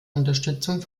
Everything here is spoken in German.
unterstützung